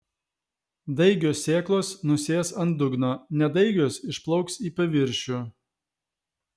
daigios sėklos nusės ant dugno nedaigios išplauks į paviršių